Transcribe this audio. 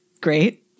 great